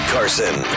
Carson